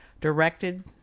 directed